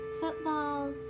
football